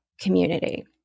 community